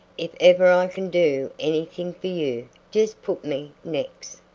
if ever i can do anything for you jes' put me nex'.